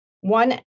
one